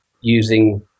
using